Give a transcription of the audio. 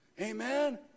Amen